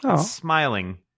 smiling